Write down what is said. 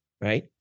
right